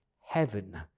heaven